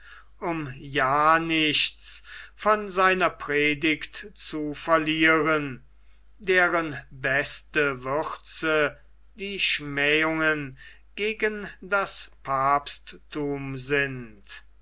um ja nichts von seiner predigt zu verlieren deren beste würze die schmähungen gegen das papstthum sind